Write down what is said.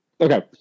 Okay